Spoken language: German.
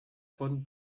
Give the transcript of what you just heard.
von